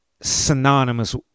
synonymous